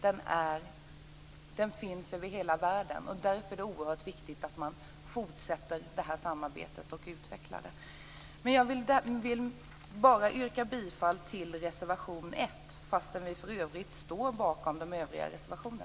Den finns över hela världen, och därför är det oerhört viktigt att man fortsätter och utvecklar detta samarbete. Jag vill bara yrka bifall till reservation 1, trots att vi också står bakom övriga reservationer.